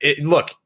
look